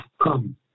Come